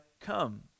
come